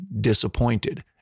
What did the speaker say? disappointed